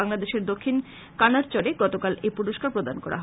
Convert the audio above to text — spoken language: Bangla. বাংলাদেশের দক্ষিণ কানারচরে গতকাল এই পুরষ্কার প্রদান করা হয়